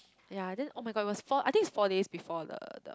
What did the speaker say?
ya then [oh]-my-god was four I think is four days before the the